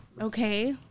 okay